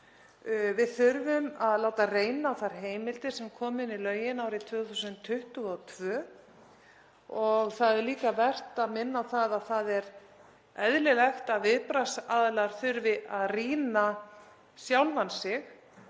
Við þurfum að láta reyna á þær heimildir sem komu inn í lögin árið 2022 og það er líka vert að minna á að það er eðlilegt að viðbragðsaðilar þurfi að rýna sjálfa sig